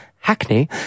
Hackney